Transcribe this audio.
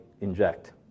inject